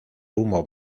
humo